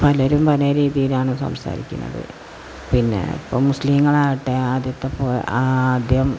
പലരും പലരീതിയിലാണ് സംസാരിക്കുന്നത് പിന്നെ ഇപ്പം മുസ്ലിങ്ങളാകട്ടെ ആദ്യത്തെ പോ ആദ്യം